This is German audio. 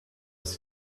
ist